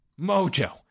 Mojo